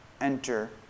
enter